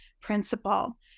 principle